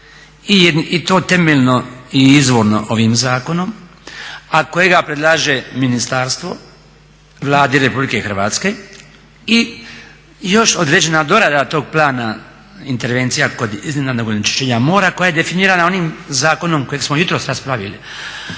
i to temeljno i izvorno ovim zakonom, a kojega predlaže ministarstvo Vladi Republike Hrvatske i još određena dorada tog plana intervencija kod iznenadnog onečišćenja mora koja je definirana onim zakonom kojeg smo jutros raspravili,